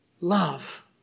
love